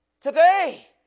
today